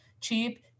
cheap